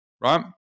right